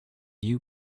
new